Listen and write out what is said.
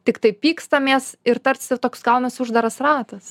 tiktai pykstamės ir tarsi toks gaunasi uždaras ratas